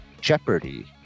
Jeopardy